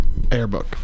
Airbook